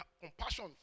Compassion